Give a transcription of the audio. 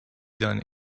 done